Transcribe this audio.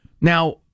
Now